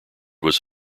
was